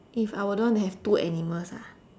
if I wouldn't want to have two animals ah